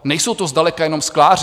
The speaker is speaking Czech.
Nejsou to zdaleka jenom skláři.